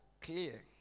clear